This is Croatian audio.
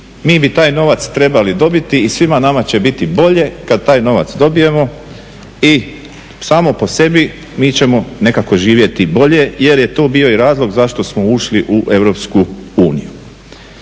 mi bi taj novac trebali dobiti i svima nama će biti bolje kada taj novac dobijemo i sami po sebi mi ćemo nekako živjeti bolje jer je to i bio razlog zašto smo ušli u EU. I onda